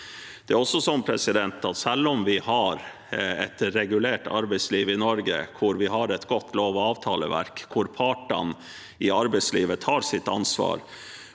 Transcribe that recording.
med statsbudsjettet. Selv om vi har et regulert arbeidsliv i Norge, hvor vi har et godt lov- og avtaleverk, og hvor partene i arbeidslivet tar sitt ansvar